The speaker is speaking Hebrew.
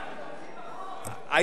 לא,